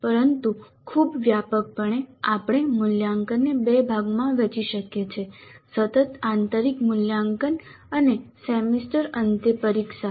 પરંતુ ખૂબ વ્યાપકપણે આપણે મૂલ્યાંકનને બે ભાગમાં વહેંચી શકીએ છીએ સતત આંતરિક મૂલ્યાંકન અને સેમેસ્ટર અંતે પરીક્ષા